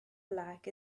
black